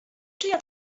czyja